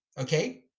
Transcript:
Okay